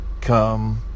come